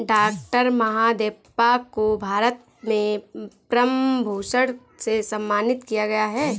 doctor Mahadevappa को भारत में पद्म भूषण से सम्मानित किया गया है